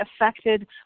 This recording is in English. affected